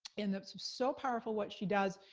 and it's so powerful what she does,